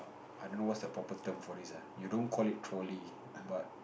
I don't know what's the proper term for this ah you don't call it trolley but